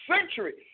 centuries